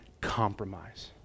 compromise